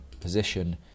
position